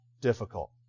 Difficult